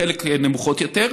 בחלק נמוכות יותר.